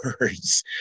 words